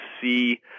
see